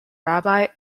rabbi